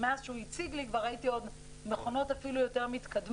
מאז שהוא הציג לי כבר ראיתי מכונות אפילו יותר מתקדמות.